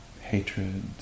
hatred